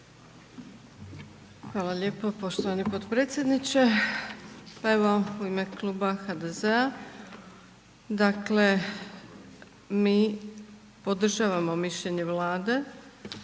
Hvala lijepo poštovani potpredsjedniče, pa evo u ime Kluba HDZ-a dakle mi podržavamo mišljenje Vlada,